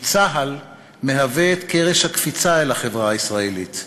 כי צה"ל מהווה את קרש הקפיצה אל החברה הישראלית.